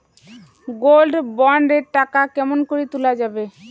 Gold bond এর টাকা কেমন করি তুলা যাবে?